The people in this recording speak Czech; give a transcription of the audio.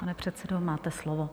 Pane předsedo, máte slovo.